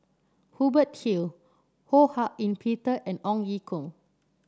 Hubert Hill Ho Hak Ean Peter and Ong Ye Kung